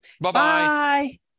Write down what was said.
Bye-bye